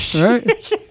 Right